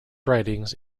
writings